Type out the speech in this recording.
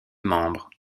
membres